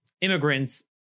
immigrants